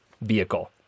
vehicle